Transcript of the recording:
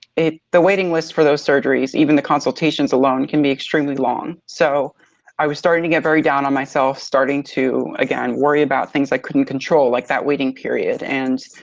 the waiting list for those surgeries, even the consultations alone can be extremely long. so i was starting to get very down on myself, starting to again, worry about things i couldn't control, like that waiting period. and